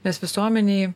nes visuomenėj